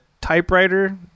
typewriter